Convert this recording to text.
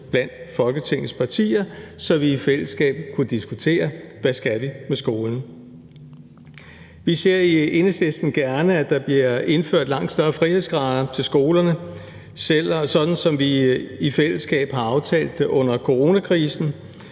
blandt Folketingets partier, så vi i fællesskab kunne diskutere, hvad vi skal med skolen. Vi ser i Enhedslisten gerne, at der bliver indført langt større frihedsgrader til skolerne, sådan som vi i fællesskab har aftalt det under coronakrisen,